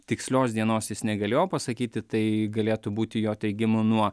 tikslios dienos jis negalėjo pasakyti tai galėtų būti jo teigimu nuo